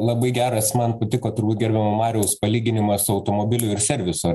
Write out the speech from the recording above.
labai geras man patiko turbūt gerbiamo mariaus palyginimas automobilių ir serviso